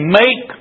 make